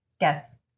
Yes